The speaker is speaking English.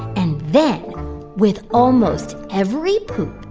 and then with almost every poop,